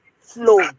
flow